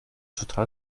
total